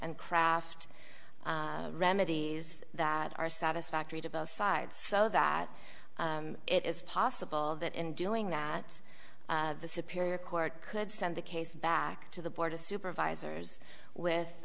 and craft remedies that are satisfactory to both sides so that it is possible that in doing that the superior court could send the case back to the board of supervisors with